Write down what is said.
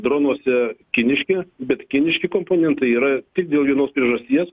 dronuose kiniški bet kiniški komponentai yra tik dėl vienos priežasties